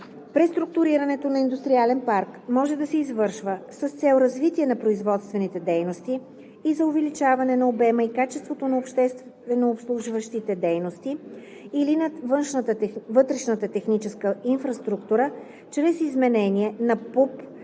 Преструктурирането на индустриален парк може да се извършва с цел развитие на производствените дейности и за увеличаване на обема и качеството на общественообслужващите дейности или на вътрешната техническа инфраструктура чрез изменение на ПУП